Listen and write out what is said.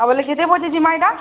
ଆଉ ବେଲେ କେତେ ବଜେ ଯିମା ଇଟା